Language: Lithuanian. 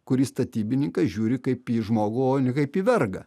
kur į statybininką žiūri kaip į žmogų o ne kaip į vergą